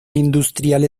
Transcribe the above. industrial